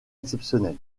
exceptionnel